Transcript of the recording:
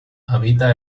habita